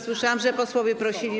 Słyszałam, że posłowie o to prosili.